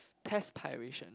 perspiration